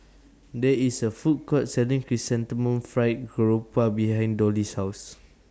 There IS A Food Court Selling Chrysanthemum Fried Garoupa behind Dollie's House